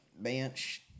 bench